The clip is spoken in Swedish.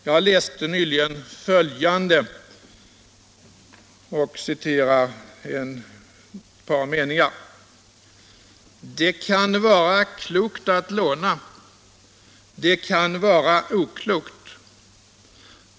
Jag läste nyligen följande — jag citerar ett par meningar: ”Det kan vara klokt att låna. Det kan vara oklokt.